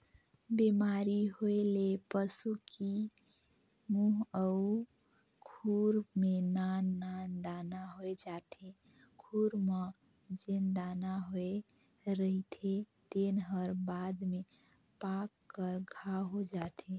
बेमारी होए ले पसू की मूंह अउ खूर में नान नान दाना होय जाथे, खूर म जेन दाना होए रहिथे तेन हर बाद में पाक कर घांव हो जाथे